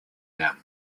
them